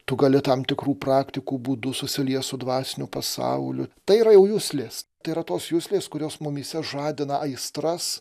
tu gali tam tikrų praktikų būdu susiliet su dvasiniu pasauliu tai juslės tai yra tos juslės kurios mumyse žadina aistras